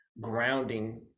grounding